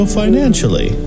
financially